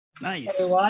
Nice